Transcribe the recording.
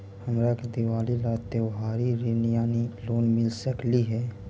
हमरा के दिवाली ला त्योहारी ऋण यानी लोन मिल सकली हे?